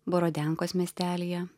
burodenkos miestelyje